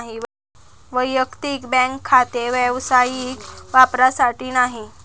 वैयक्तिक बँक खाते व्यावसायिक वापरासाठी नाही